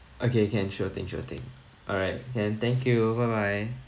okay can sure thing sure thing alright then thank you bye bye